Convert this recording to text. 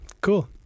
cool